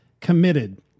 committed